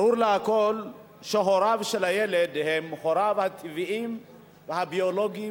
ברור לכול שהוריו של הילד הם הוריו הטבעיים והביולוגיים